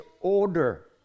order